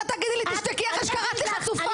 את לא תגידי לי תשתקי אחרי שקראת לי חצופה.